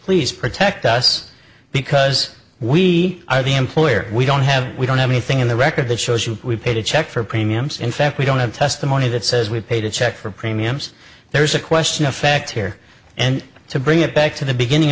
please protect us because we are the employer we don't have we don't have anything in the record that shows you we paid a check for premiums in fact we don't have testimony that says we paid a check for premiums there's a question of fact here and to bring it back to the beginning